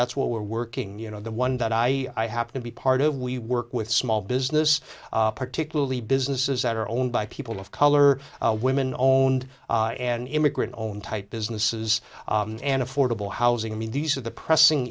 that's what we're working you know the one that i happen to be part of we work with small business particularly businesses that are owned by people of color women owned and immigrant own type businesses and affordable housing i mean these are the pressing